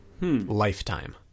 Lifetime